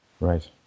Right